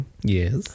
yes